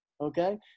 okay